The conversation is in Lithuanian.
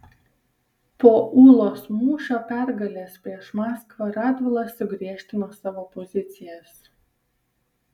po ūlos mūšio pergalės prieš maskvą radvila sugriežtino savo pozicijas